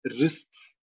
risks